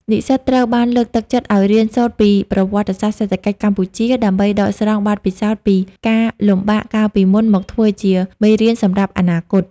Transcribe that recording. និស្សិតត្រូវបានលើកទឹកចិត្តឱ្យរៀនសូត្រពី "ប្រវត្តិសាស្ត្រសេដ្ឋកិច្ចកម្ពុជា" ដើម្បីដកស្រង់បទពិសោធន៍ពីការលំបាកកាលពីមុនមកធ្វើជាមេរៀនសម្រាប់អនាគត។